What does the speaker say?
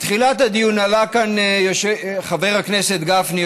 בתחילת הדיון עלה לכאן חבר הכנסת גפני,